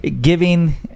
giving